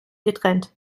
getrennt